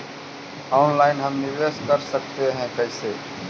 Online हम निवेश कर सकते है, कैसे?